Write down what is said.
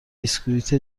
بسکویت